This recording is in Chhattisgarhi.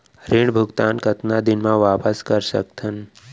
ऋण भुगतान कतका दिन म वापस कर सकथन?